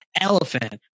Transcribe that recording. elephant